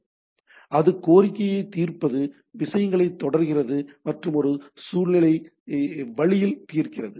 எனவே அது கோரிக்கையைத் தீர்ப்பது விஷயங்களைத் தொடர்கிறது மற்றும் ஒரு சுழல்நிலை வழியில் தீர்க்கிறது